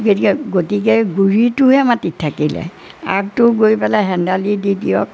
গতিকে গুৰিটোহে মাটিত থাকিলে আগটো গৈ পেলাই হেণ্ডালি দি দিয়ক